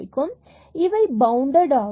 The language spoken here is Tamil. இங்கு இவை பவுண்டட் ஆகும்